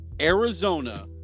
Arizona